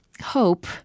hope